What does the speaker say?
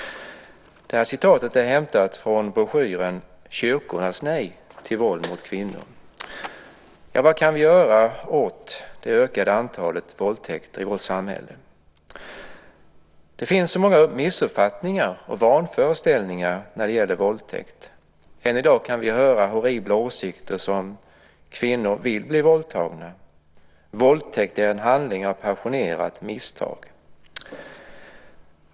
Denna text är hämtad från broschyren Kyrkornas nej till våld mot kvinnor . Vad kan vi göra åt det ökade antalet våldtäkter i vårt samhälle? Det finns så många missuppfattningar och vanföreställningar när det gäller våldtäkt. Än i dag kan vi höra horribla åsikter som att kvinnor vill bli våldtagna och att våldtäkt är en handling av passionerat misstag.